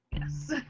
Yes